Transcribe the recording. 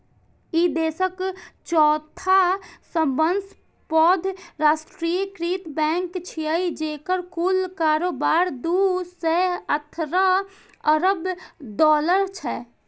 ई देशक चौथा सबसं पैघ राष्ट्रीयकृत बैंक छियै, जेकर कुल कारोबार दू सय अठारह अरब डॉलर छै